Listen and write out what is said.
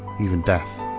even death.